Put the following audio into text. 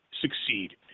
succeed